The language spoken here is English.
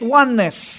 oneness